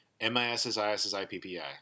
M-I-S-S-I-S-I-P-P-I